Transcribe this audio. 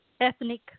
ethnic